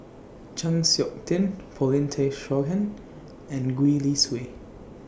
Chng Seok Tin Paulin Tay Straughan and Gwee Li Sui